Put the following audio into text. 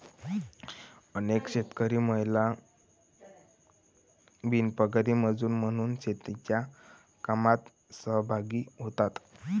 अनेक शेतकरी महिला बिनपगारी मजुरी म्हणून शेतीच्या कामात सहभागी होतात